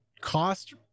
cost